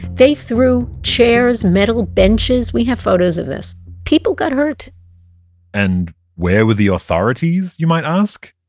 they threw chairs, metal benches. we have photos of this. people got hurt and where were the authorities, you might ask?